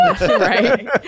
right